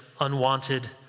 unwanted